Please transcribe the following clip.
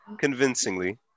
convincingly